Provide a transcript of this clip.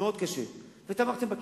מאוד קשה, ותמכתם בקיצוץ.